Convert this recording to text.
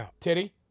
Titty